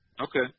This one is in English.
Okay